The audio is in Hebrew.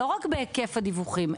לא רק בהיקף הדיווחים,